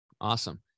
Awesome